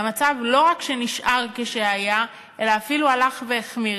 והמצב לא רק שנשאר כשהיה אלא אפילו הלך והחמיר.